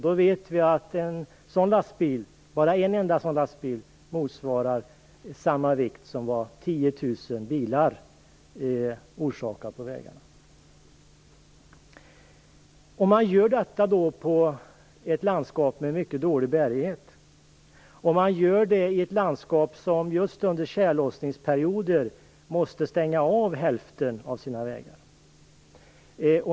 Vi vet att en enda sådan lastbil orsakar samma belastning på vägarna som Detta gör man i ett landskap med mycket dålig bärighet. Man gör det i ett landskap som just under tjällossningsperioden måste stänga av hälften av sina vägar.